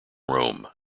rome